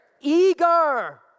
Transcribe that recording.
Eager